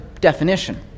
definition